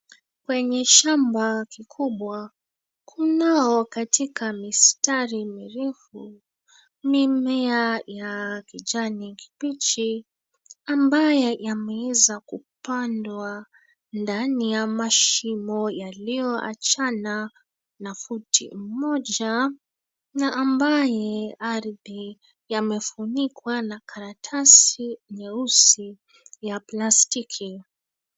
Kwenye shamba kikubwa, kunao katika mistari mirefu, mimea ya kijani kibichi ambaye yameeza kupandwa ndani ya mashimo yaliyoachana na futi moja na ambaye ardhi yamefunikwa na karatasi nyeusi ya plastiki.